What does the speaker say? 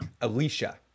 Alicia